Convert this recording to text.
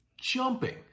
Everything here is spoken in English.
jumping